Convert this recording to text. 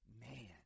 man